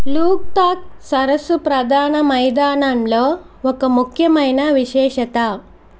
లోక్తక్ సరస్సు ప్రధాన మైదానంలో ఒక ముఖ్యమైన విశేషత